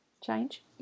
change